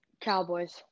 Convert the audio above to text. Cowboys